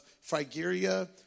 Phrygia